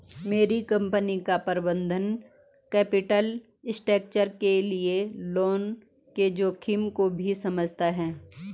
मेरी कंपनी का प्रबंधन कैपिटल स्ट्रक्चर के लिए लोन के जोखिम को भी समझता है